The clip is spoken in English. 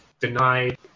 denied